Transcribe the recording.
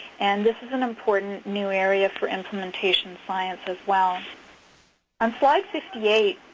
and this is an important new area for implementation science as well. um slide fifty eight